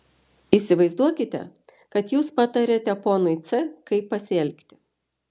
įsivaizduokite kad jūs patariate ponui c kaip pasielgti